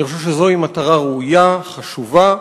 אני חושב שזוהי מטרה ראויה, חשובה,